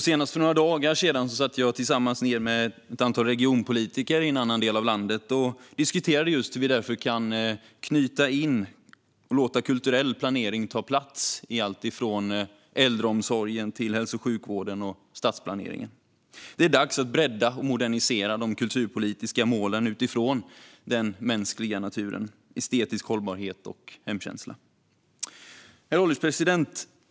Senast för några dagar sedan satt jag med ett antal regionpolitiker i en annan del av landet och diskuterade just hur vi kan låta kulturell planering ta plats i alltifrån äldreomsorg till hälso och sjukvård och stadsplanering. Det är dags att bredda och modernisera de kulturpolitiska målen utifrån den mänskliga naturen, estetisk hållbarhet och hemkänsla. Herr ålderspresident!